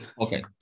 Okay